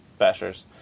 bashers